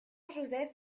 joseph